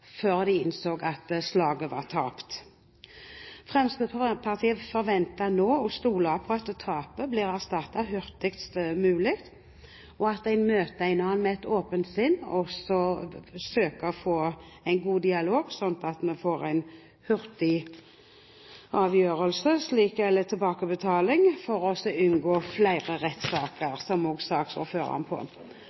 før de innså at slaget var tapt. Fremskrittspartiet forventer og stoler på at tapet blir erstattet hurtigst mulig, at en møter hverandre med et åpent sinn og søker å få en god dialog, slik at vi får en hurtig avgjørelse når det gjelder tilbakebetaling, for å unngå flere rettssaker, noe også saksordføreren